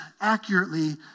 accurately